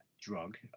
drug